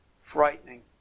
frightening